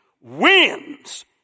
wins